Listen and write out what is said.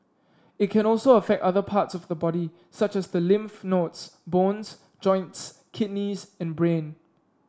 it can also affect other parts of the body such as the lymph nodes bones joints kidneys and brain